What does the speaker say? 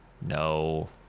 No